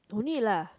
no need lah